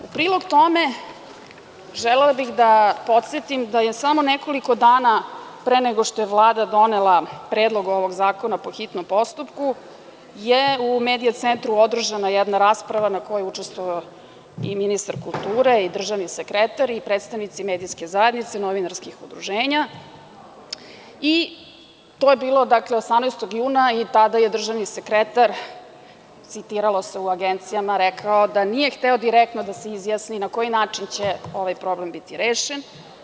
U prilog tome, želela bih da podsetim da je samo nekoliko dana, pre nego što je Vlada donela Predlog ovog zakona po hitnom postupku, je u Medija centru održana jedna rasprava na kojoj je učestvovao i ministar kulture i državni sekretar i predstavnici Medijske zajednice, novinarskih udruženja i to je bilo 18. juna i tada je državni sekretar, citiralo se u agencijama, rekao da nije hteo direktno da se izjasnina koji način će ovaj problem biti rešen.